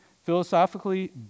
Philosophically